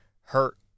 hurt